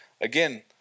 again